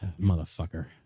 Motherfucker